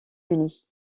unis